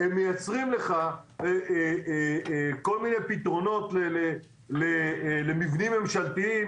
מייצרים לך כל מיני פתרונות למבנים ממשלתיים